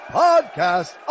podcast